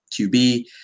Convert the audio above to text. QB